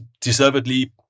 deservedly